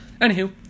Anywho